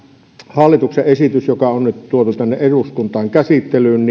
hallituksen esityshän joka on nyt tuotu tänne eduskuntaan käsittelyyn